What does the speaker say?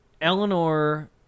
Eleanor